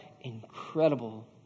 incredible